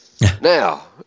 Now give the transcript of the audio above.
Now